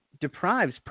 deprives